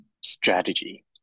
strategy